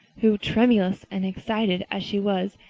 who, tremulous and excited as she was,